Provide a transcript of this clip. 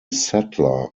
settler